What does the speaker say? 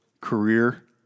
career